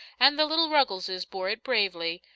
and the little ruggleses bore it bravely,